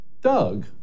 doug